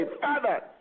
Father